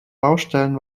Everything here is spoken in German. baustellen